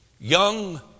young